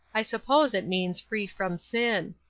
i suppose it means free from sin.